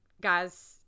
guys